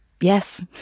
Yes